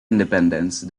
independence